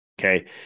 Okay